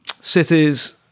cities